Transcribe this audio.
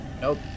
Nope